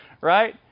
Right